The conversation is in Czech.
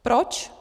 Proč?